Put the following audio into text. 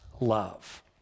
love